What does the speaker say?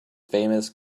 famous